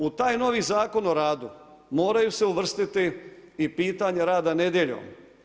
U taj novi Zakon o radu moraju se uvrstiti i pitanje rada nedjeljom.